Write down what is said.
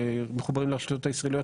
שמחוברים לרשתות הישראליות,